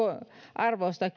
arvosta